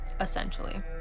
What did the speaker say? essentially